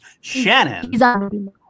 Shannon